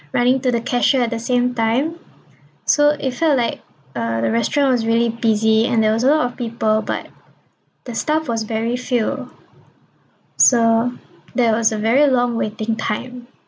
running to the cashier at the same time so it felt like uh the restaurant was really busy and there was a lot of people but the staff was very few so there was a very long waiting time